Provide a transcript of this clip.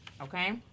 Okay